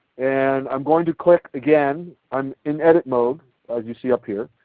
and i'm going to click, again, i'm in edit mode as you see up here.